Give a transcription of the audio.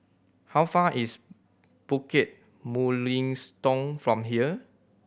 how far is Bukit Mugliston from here